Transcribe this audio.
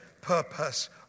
purpose